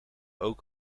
ook